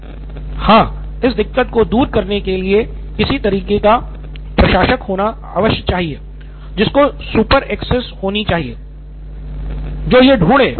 नितिन कुरियन हां इस दिक्कत को दूर करने के लिए किसी तरह का प्रशासक होना चाहिए जिसको सुपर एक्सेस होना चाहिए श्याम पॉल एम जो यह ढूँढें